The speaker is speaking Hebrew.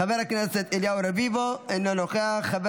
חבר הכנסת עודד פורר,